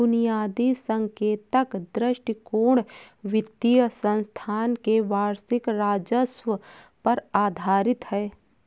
बुनियादी संकेतक दृष्टिकोण वित्तीय संस्थान के वार्षिक राजस्व पर आधारित है